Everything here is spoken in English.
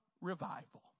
revival